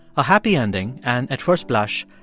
a happy ending and at first blush,